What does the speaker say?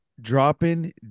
Dropping